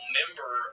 member